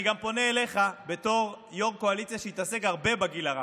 אני גם פונה אליך בתור יו"ר קואליציה שהתעסק הרבה בגיל הרך.